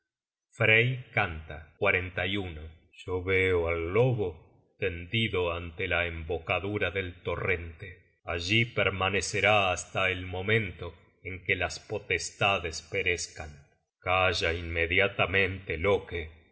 search generated at frey canta yo veo al lobo tendido ante la embocadura del torrente allí permanecerá hasta el momento en que las potestades perezcan calla inmediatamente loke si